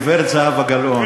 גברת זהבה גלאון.